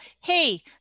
hey